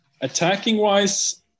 attacking-wise